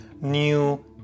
new